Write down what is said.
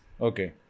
okay